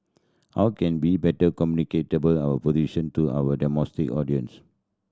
how can we better communicate our position to our domestic audience